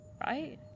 right